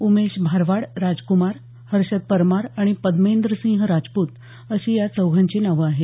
उमेश भारवाड राजकुमार हर्षद परमार आणि प्रमेंद्रसिंह राजप्त अशी या चौघांची नावे आहेत